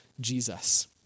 Jesus